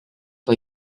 her